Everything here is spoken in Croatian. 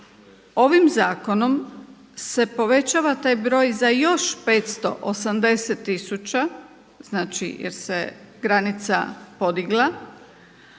Ovim zakonom se povećava taj broj za još 580 tisuća znači jer se granica podigla,